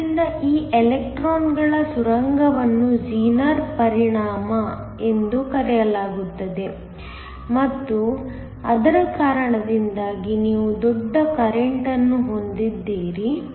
ಆದ್ದರಿಂದ ಈ ಎಲೆಕ್ಟ್ರಾನ್ಗಳ ಸುರಂಗವನ್ನು ಝೀನರ್ ಪರಿಣಾಮ ಎಂದು ಕರೆಯಲಾಗುತ್ತದೆ ಮತ್ತು ಅದರ ಕಾರಣದಿಂದಾಗಿ ನೀವು ದೊಡ್ಡ ಕರೆಂಟ್ಅನ್ನು ಹೊಂದಿದ್ದೀರಿ